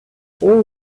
all